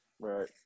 right